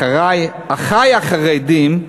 אחי החרדים,